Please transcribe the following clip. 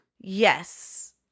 yes